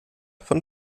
von